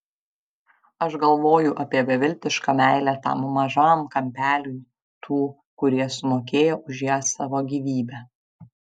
aš galvoju apie beviltišką meilę tam mažam kampeliui tų kurie sumokėjo už ją savo gyvybe